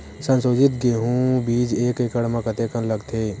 संसोधित गेहूं बीज एक एकड़ म कतेकन लगथे?